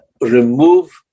remove